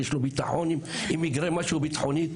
יש לו ביטחון אם יקרה משהו ביטחוני?